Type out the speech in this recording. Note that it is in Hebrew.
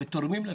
ותורמים לכך.